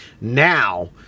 now